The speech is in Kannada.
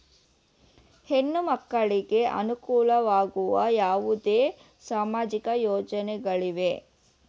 ಹೆಣ್ಣು ಮಕ್ಕಳಿಗೆ ಅನುಕೂಲವಾಗುವ ಯಾವುದೇ ಸಾಮಾಜಿಕ ಯೋಜನೆಗಳಿವೆಯೇ?